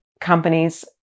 companies